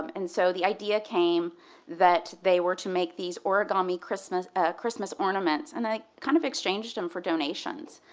and so the idea came that they were to make these origami christmas ah christmas ornaments, and they kind of exchanged them for donations.